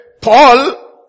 Paul